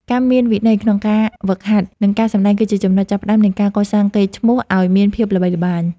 ការមានវិន័យក្នុងការហ្វឹកហាត់ និង ការសម្តែងគឺជាចំណុចចាប់ផ្តើមនៃការកសាងកេរ្តិ៍ឈ្មោះឱ្យមានភាពល្បីល្បាញ។